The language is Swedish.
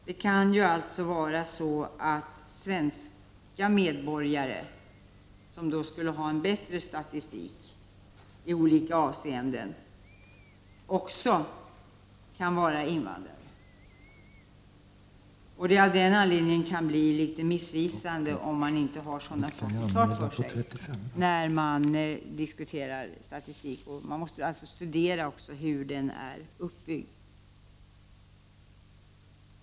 Det kan alltså vara så att svenska medborgare, som så att säga skulle ha bättre statistik i olika avseenden, också kan vara invandrare. Statistiken kan av den anledningen bli missvisande om man inte har sådana saker klart för sig när man diskuterar statistik. Man måste alltså studera hur den är uppbyggd.